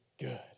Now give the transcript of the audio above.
good